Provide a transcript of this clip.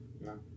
No